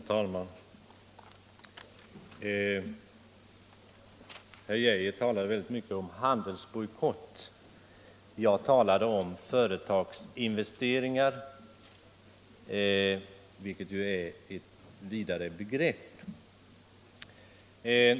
Herr talman! Herr Arne Geijer i Stockholm talar väldigt mycket om handelsbojkott. Jag talade om företagsinvesteringar, vilket ju är ett vidare begrepp.